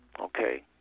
Okay